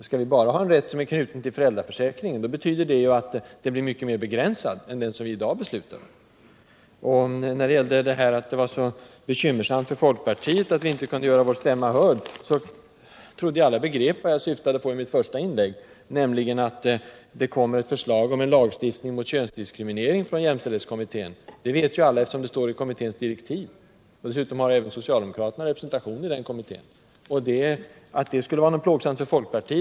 Skall vi bara ha en rätt som är knuten till föräldraförsäkringen, så betyder det att den blir mycket mer begränsad än den rätt vi i dag skall besluta om. Sedan har det sagts att det måste vara plågsamt för folkpartiet att inte kunna göra sin stämma hörd. Jag trodde att alla begrep vad jag syftade på i mitt första inlägg, nämligen att det från jämställdhetskommittén kommer förslag om en lagstiftning mot könsdiskriminering. Det vet ju alla, eftersom det står i kommitténs direktiv, och dessutom har ju också socialdemokraterna representation i den kommittén. Jag kan inte inse att det skulle vara plågsamt för folkpartiet.